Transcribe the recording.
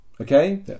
Okay